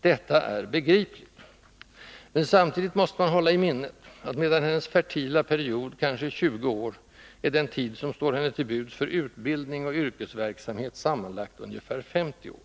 Detta är begripligt. Men samtidigt måste man hålla i minnet att medan hennes fertila period kanske är 20 år, är den tid som står henne till buds för utbildning och yrkesverksamhet sammanlagt ungefär 50 år.